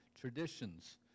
traditions